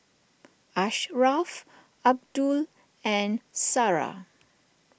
Ashraf Abdul and Sarah